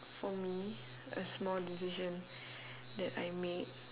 for me a small decision that I made